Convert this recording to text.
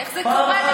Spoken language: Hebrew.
איך זה קורה לך?